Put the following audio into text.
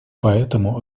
поэтому